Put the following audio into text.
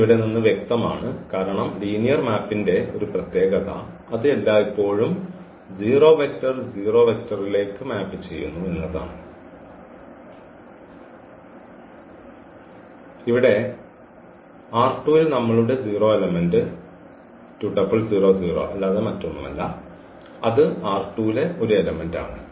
ഇത് ഇവിടെ നിന്ന് വ്യക്തമാണ് കാരണം ലീനിയർ മാപ്പ്ന്റെ ഒരു പ്രത്യേകത അത് എല്ലായ്പ്പോഴും 0 വെക്റ്റർ 0 വെക്റ്റർലേക്ക് മാപ്പ് ചെയ്യുന്നു എന്നതാണ് ഇവിടെ ൽ നമ്മളുടെ 0 എലമെൻറ് അല്ലാതെ മറ്റൊന്നുമല്ല അത് ലെ ഒരു എലമെൻറ് ആണ്